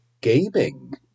gaming